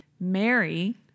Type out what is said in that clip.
Mary